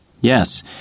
Yes